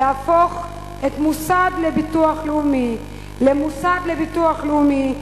להפוך את המוסד לביטוח לאומי למוסד לביטוח לאומי,